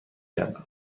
گردم